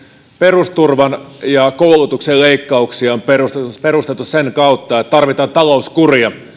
perusturvan ja koulutuksen leikkauksia on perusteltu perusteltu sen kautta että tarvitaan talouskuria